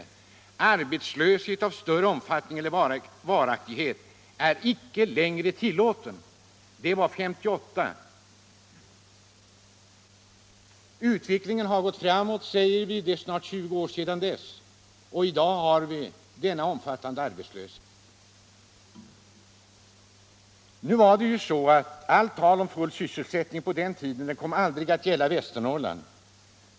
Arbetslöshet av större omfattning eller varaktighet är inte längre tillåten.” Det var 1958, och utvecklingen har gått framåt, säger man — det är snart 20 år sedan dess och i dag har vi denna omfattande arbetslöshet. Nu var det ju så att allt tal om full sysselsättning på den tiden kom aldrig att gälla Västernorrland.